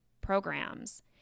programs